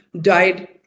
died